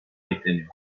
bekleniyor